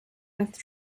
with